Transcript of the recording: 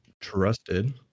trusted